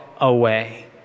away